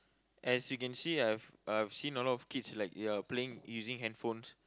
as you can see I've I've seen a lot of kids playing using handphones